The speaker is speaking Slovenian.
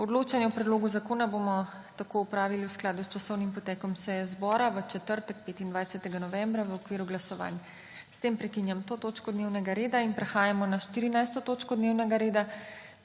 Odločanje o predlogu zakona bomo tako opravili v skladu s časovnim potekom seje zbora v četrtek, 25. novembra, v okviru glasovanj. S tem prekinjam to točko dnevnega reda. Prehajamo na 14. TOČKO DNEVNEGA REDA